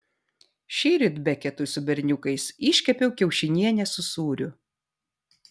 šįryt beketui su berniukais iškepiau kiaušinienę su sūriu